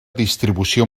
distribució